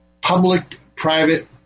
public-private